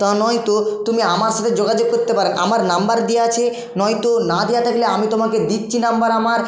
তা নয় তো তুমি আমার সাথে যোগাযোগ করতে পারেন আমার নাম্বার দেওয়া আছে নয়তো না দেওয়া থাকলে আমি তোমাকে দিচ্ছি নাম্বার আমার